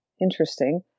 interesting